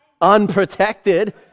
Unprotected